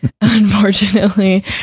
Unfortunately